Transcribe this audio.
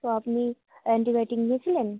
তো আপনি অ্যান্টিবায়োটিক নিয়েছিলেন